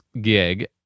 gig